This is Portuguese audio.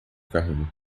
carrinho